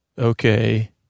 Okay